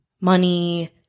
money